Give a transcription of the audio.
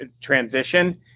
transition